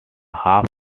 half